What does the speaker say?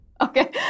Okay